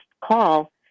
call